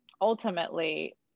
ultimately